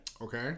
Okay